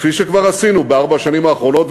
כפי שכבר עשינו בארבע השנים האחרונות.